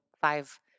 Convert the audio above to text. five